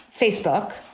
Facebook